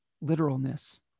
literalness